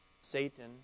Satan